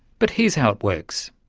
but here's how it works.